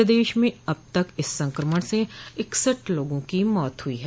प्रदेश में अब तक इस संक्रमण से इकसठ लोगों की मौत हुई है